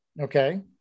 okay